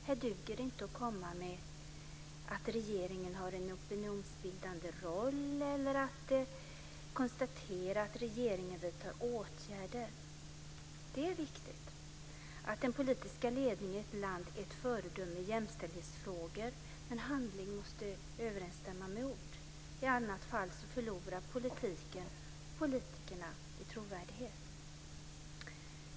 Här duger det inte att komma med att regeringen har en opinionsbildande roll eller att konstatera att regeringen vidtar åtgärder. Det är viktigt att den politiska ledningen i ett land är ett föredöme i jämställdhetsfrågor, men handling måste överstämma med ord. I annat fall förlorar politiken och politikerna i trovärdighet.